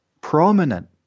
prominent